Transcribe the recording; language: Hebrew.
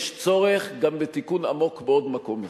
יש צורך גם בתיקון עמוק בעוד מקום אחד,